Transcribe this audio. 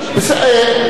בסדר.